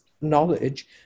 knowledge